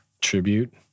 Tribute